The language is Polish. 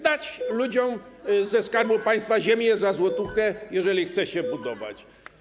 Dać ludziom ze skarbu państwa ziemię za złotówkę, jeżeli chcą się budować.